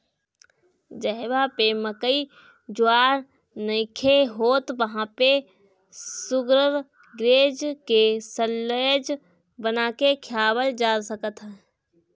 जहवा पे मकई ज्वार नइखे होत वहां पे शुगरग्रेज के साल्लेज बना के खियावल जा सकत ह